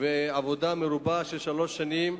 ובעבודה מרובה של שלוש שנים.